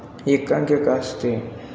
एकांकिका असते